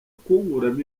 kunkuramo